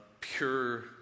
pure